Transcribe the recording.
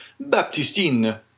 Baptistine